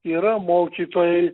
yra mokytojai